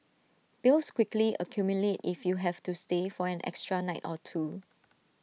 bills quickly accumulate if you have to stay for an extra night or two